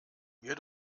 mir